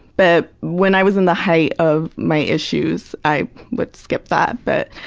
but when i was in the height of my issues, i would skip that, but,